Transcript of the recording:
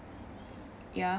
ya